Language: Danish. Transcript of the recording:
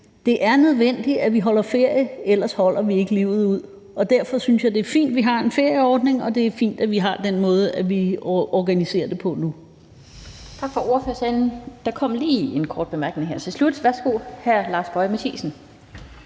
Det er nødvendigt, at vi holder ferie, ellers holder vi ikke livet ud, og derfor synes jeg, det er fint, at vi har en ferieordning, og det er fint, at vi har den måde, vi organiserer det på nu.